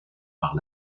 par